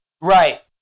Right